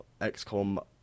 XCOM